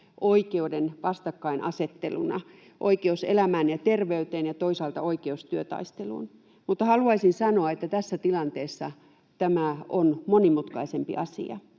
perusoikeuden vastakkainasetteluna — oikeus elämään ja terveyteen ja toisaalta oikeus työtaisteluun — haluaisin sanoa, että tässä tilanteessa tämä on monimutkaisempi asia